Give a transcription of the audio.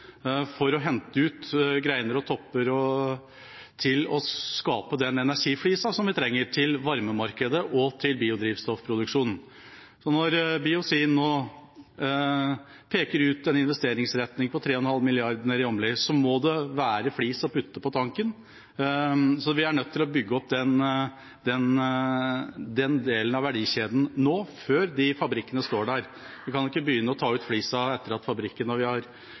for å hente ut greiner og topper til å skape den energiflis vi trenger til varmemarkedet og til biodrivstoffproduksjonen. Når Biozin peker ut en investeringsretning på 3,5 mrd. kr i Åmli, må det være flis å putte på tanken. Så vi er nødt til å bygge opp den delen av verdikjeden nå, før fabrikkene står der. Vi kan ikke begynne å ta ut flis etter at vi har